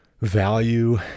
value